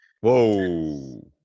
Whoa